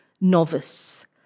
novice